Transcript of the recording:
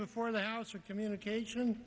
before the house of communication